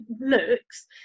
looks